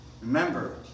Remember